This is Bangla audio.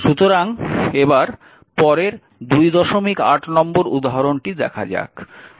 সুতরাং পরের 28 নম্বর উদাহরণটি দেখা যাক